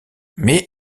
mais